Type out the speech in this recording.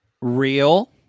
Real